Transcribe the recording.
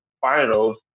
finals